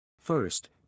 First